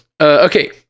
Okay